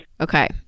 Okay